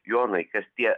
jonai kas tie